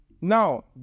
Now